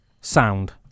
sound